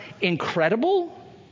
incredible